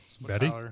Betty